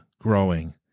growing